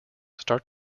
start